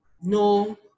no